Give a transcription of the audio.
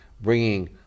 bringing